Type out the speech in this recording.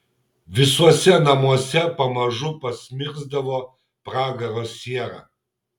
visuose namuose pamažu pasmirsdavo pragaro siera